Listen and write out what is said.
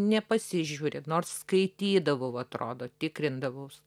nepasižiūri nors skaitydavau atrodo tikrindavaus